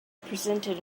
presented